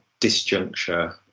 disjuncture